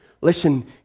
Listen